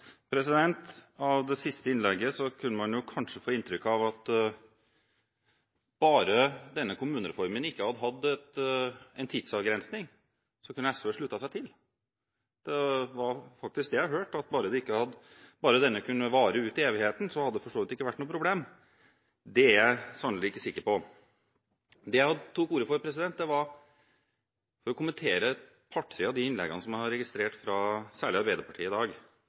kunne SV sluttet seg til. Det var faktisk det jeg hørte – at bare denne kunne vare inn i evigheten, hadde det for så vidt ikke vært noe problem. Det er jeg sannelig ikke sikker på! Det jeg tok ordet for, var for å kommentere et par–tre av de innleggene som jeg har registrert særlig fra Arbeiderpartiet i dag,